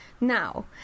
Now